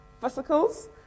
vesicles